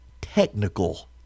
technical